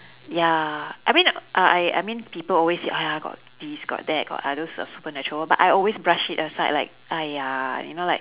ya I mean uh I I mean people always say !aiya! got this got that got uh those su~ supernatural world but I always brush it aside like !aiya! you know like